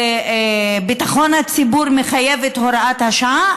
ביטחון הציבור מחייב את הוראת השעה,